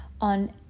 on